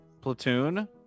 Platoon